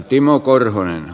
arvoisa puhemies